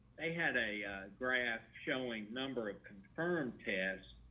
they had a graph showing number of confirmed pass,